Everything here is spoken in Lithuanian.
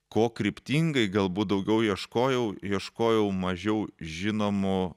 ko kryptingai galbūt daugiau ieškojau ieškojau mažiau žinomų